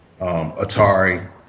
Atari